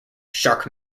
shark